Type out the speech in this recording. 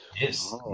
Yes